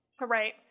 Right